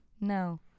No